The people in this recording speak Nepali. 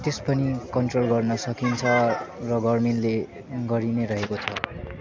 त्यस पनि कन्ट्रोल गर्न सकिन्छ र गर्नेले गरि नै रहेको छ